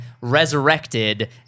resurrected